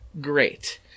great